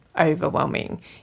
overwhelming